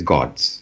God's